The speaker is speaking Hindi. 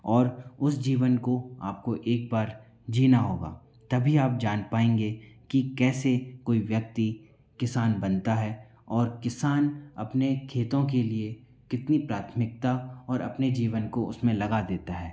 और उस जीवन को आपको एक बार जीना होगा तभी आप जान पाएंगे कि कैसे कोई व्यक्ति किसान बनता है और किसान अपने खेतों के लिए कितनी प्राथमिकता और अपने जीवन को उसमें लगा देता है